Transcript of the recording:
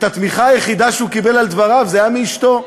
התמיכה היחידה שהוא קיבל על דבריו הייתה מאשתו,